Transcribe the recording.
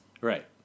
right